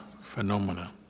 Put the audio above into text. phenomena